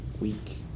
week